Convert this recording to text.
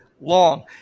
long